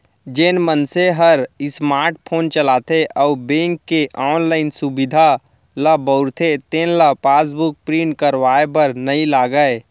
जेन मनसे हर स्मार्ट फोन चलाथे अउ बेंक के ऑनलाइन सुभीता ल बउरथे तेन ल पासबुक प्रिंट करवाए बर नइ लागय